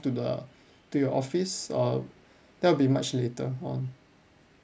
to the to your office or that'll be much later on